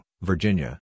Virginia